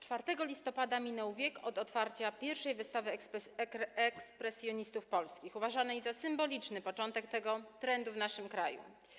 4 listopada minął wiek od otwarcia pierwszej wystawy ekspresjonistów polskich, uważanej za symboliczny początek tego trendu w naszym kraju.